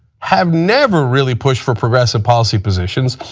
have never really push for progressive policy positions,